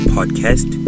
Podcast